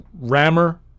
rammer